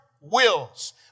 wills